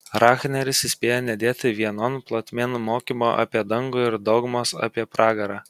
rahneris įspėja nedėti vienon plotmėn mokymo apie dangų ir dogmos apie pragarą